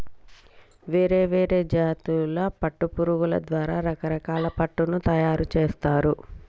వేరే వేరే జాతుల పట్టు పురుగుల ద్వారా రకరకాల పట్టును తయారుచేస్తారు